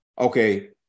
Okay